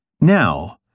Now